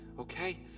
Okay